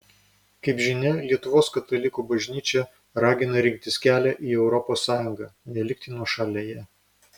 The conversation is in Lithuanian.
kaip žinia lietuvos katalikų bažnyčia ragina rinktis kelią į europos sąjungą nelikti nuošalėje